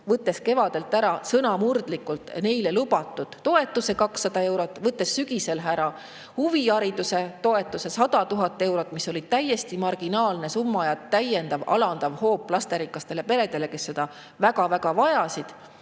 võttes kevadel ära sõna murdes neile lubatud toetuse 200 eurot ja võttes sügisel ära huvihariduse toetuse 100 000 eurot, mis oli täiesti marginaalne summa ja täiendav alandav hoop lasterikastele peredele, kes seda väga-väga vajasid